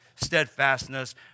steadfastness